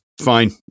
fine